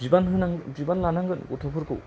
बिबान होनांगोन बिबान लानांगोन गथ'फोरखौ